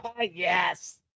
Yes